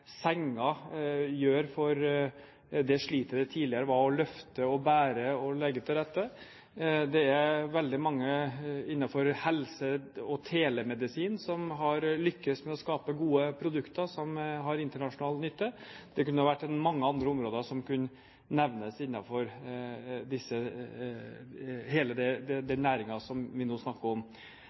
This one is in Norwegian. senger gjør for det slitet det tidligere var å løfte, bære og legge til rette. Det er veldig mange innenfor helse og telemedisin som har lyktes med å skape gode produkter som har internasjonal nytte. Det er mange områder som kunne nevnes innenfor hele den næringen som vi nå snakker om.